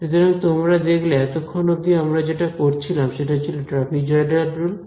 সুতরাং তোমরা দেখলে এতক্ষণ অব্দি আমরা যেটা করছিলাম সেটা ছিল ট্রাপিজয়ডাল রুল